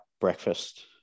breakfast